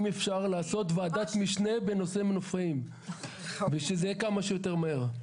אם אפשר לעשות ועדת משנה בנושא מנופאים וזה יהיה כמה שיותר מהר.